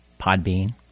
Podbean